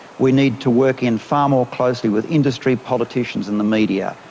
we need to work in far more closely with industry, politicians and the media.